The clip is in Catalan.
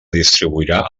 distribuirà